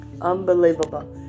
Unbelievable